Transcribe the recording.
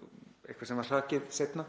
eitthvað sem var hrakið seinna.